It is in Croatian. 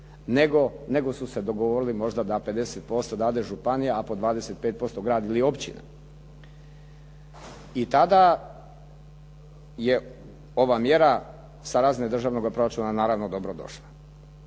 nego su se dogovorili možda da 50% dade županija a po 25% grad ili općina. I tada je ova mjera sa razine državnoga proračuna naravno dobro došla.